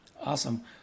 awesome